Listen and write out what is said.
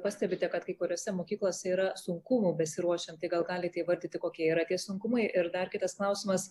pastebite kad kai kuriose mokyklose yra sunkumų besiruošiant tai gal galite įvardyti kokie yra tie sunkumai ir dar kitas klausimas